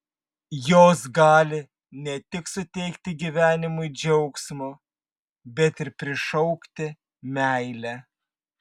jos gali ne tik suteikti gyvenimui džiaugsmo bet ir prišaukti meilę